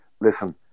listen